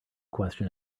question